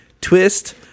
twist